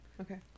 Okay